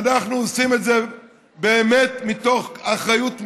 אנחנו עושים את זה באמת מתוך אחריות מלאה?